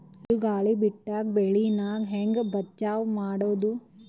ಬಿರುಗಾಳಿ ಬಿಟ್ಟಾಗ ಬೆಳಿ ನಾ ಹೆಂಗ ಬಚಾವ್ ಮಾಡೊದು?